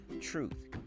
truth